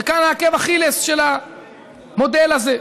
וכאן עקב אכילס של המודל הזה,